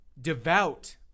devout